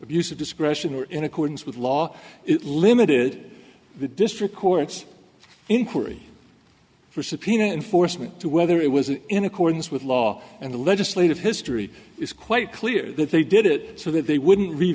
abuse of discretion or in accordance with law it limited the district courts inquiry for subpoena enforcement to whether it was in accordance with law and the legislative history is quite clear that they did it so that they wouldn't re